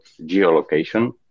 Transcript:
geolocation